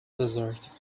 desert